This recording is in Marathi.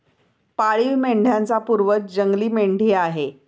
पाळीव मेंढ्यांचा पूर्वज जंगली मेंढी आहे